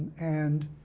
and,